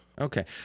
Okay